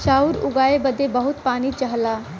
चाउर उगाए बदे बहुत पानी चाहला